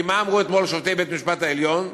כי מה אמרו אתמול שופטי בית-המשפט העליון?